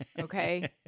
okay